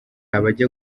abajya